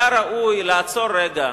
היה ראוי לעצור רגע,